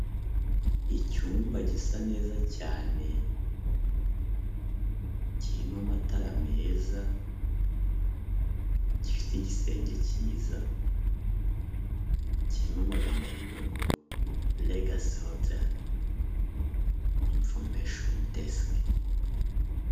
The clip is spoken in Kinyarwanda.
Icyumba gisa neza cyane, kirimo amatara meza, gifite igisenge cyiza. Kirimo amagambo avuga ngo "regasi hoteri imfomesheni desike."